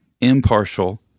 impartial